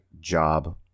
job